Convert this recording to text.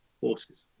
horses